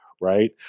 right